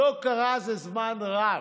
לא קרתה זה זמן רב.